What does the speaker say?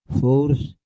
force